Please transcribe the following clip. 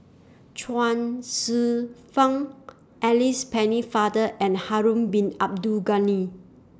Chuang Hsueh Fang Alice Pennefather and Harun Bin Abdul Ghani